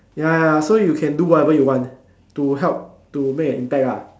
ya ya so you can do whatever you want to help to make an impact ah